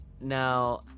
now